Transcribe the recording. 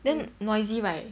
then noisy right